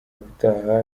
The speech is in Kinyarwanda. utaha